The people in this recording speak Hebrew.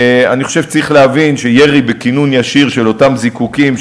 אני חושב שצריך להבין שירי בכינון ישיר של אותם זיקוקים,